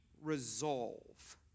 resolve